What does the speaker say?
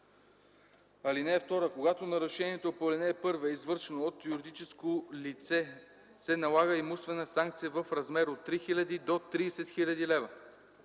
(2) Когато нарушението по ал. 1 е извършено от юридическо лице, се налага имуществена санкция в размер от 3000 до 30 000 лв.